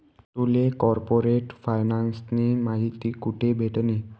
तुले कार्पोरेट फायनान्सनी माहिती कोठे भेटनी?